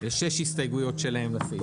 יש שש הסתייגויות שלהם לסעיף הזה.